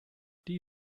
die